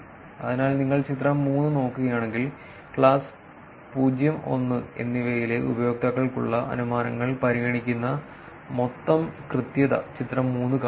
അതിനാൽ നിങ്ങൾ ചിത്രം 3 നോക്കുകയാണെങ്കിൽ ക്ലാസ് 0 1 എന്നിവയിലെ ഉപയോക്താക്കൾക്കുള്ള അനുമാനങ്ങൾ പരിഗണിക്കുന്ന മൊത്തം കൃത്യത ചിത്രം 3 കാണിക്കുന്നു